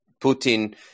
Putin